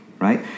right